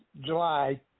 July